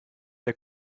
der